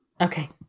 Okay